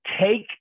take